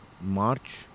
March